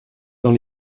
dans